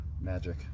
magic